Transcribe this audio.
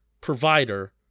provider